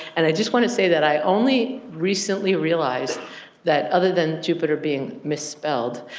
and i just want to say that i only recently realized that other than jupyter being misspelled,